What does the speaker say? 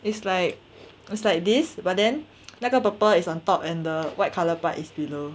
it's like it's like this but then 那个 purple is on top and the white colour part is below